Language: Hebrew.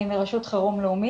חבר הכנסת אוסאמה סעדי,